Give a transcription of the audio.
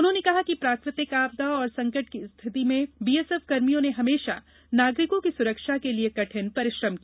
उन्होंने कहा कि प्राकृतिक आपदा और संकट की स्थिति में बी एस एफ कर्मियों ने हमेशा नागरिकों की सुरक्षा के लिए कठिन परिश्रम किया है